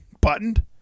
buttoned